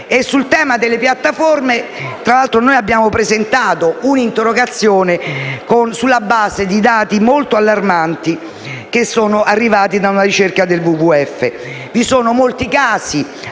sul tema delle piattaforme abbiamo presentato un'interrogazione sulla base di dati molto allarmanti arrivati da una ricerca del WWF.